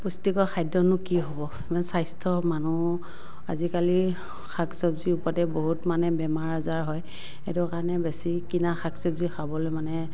পুষ্টিকৰ খাদ্যনো কি হ'ব মানে স্বাস্থ্য মানুহ আজিকালি শাক চবজিৰ ওপৰতে বহুত মানে বেমাৰ আজাৰ হয় সেইটো কাৰণে বেছি কিনা শাক চবজি খাবলৈ মানে